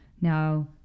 Now